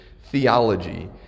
theology